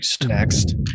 next